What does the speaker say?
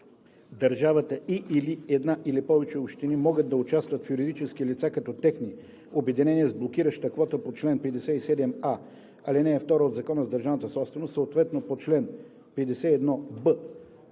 Държавата и/или една или повече общини могат да участват в юридически лица или техни обединения с блокираща квота по чл. 57а, ал. 2 от Закона за държавната собственост, съответно по чл. 51б,